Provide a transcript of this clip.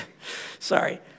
sorry